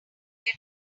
get